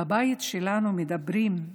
בבית שלנו מדברים,